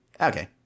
Okay